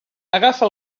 agafa